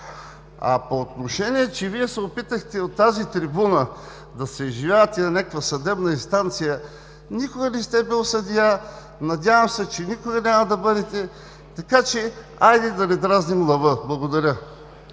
А по отношение, че Вие се опитахте от тази трибуна да се изживявате на някаква съдебна инстанция – никога не сте бил съдия, надявам се, че никога няма да бъдете. Така че, хайде да не дразним лъва! Благодаря.